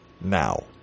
Now